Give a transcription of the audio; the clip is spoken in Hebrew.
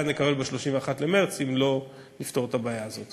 נקבל ב-31 במרס אם לא נפתור את הבעיה הזאת.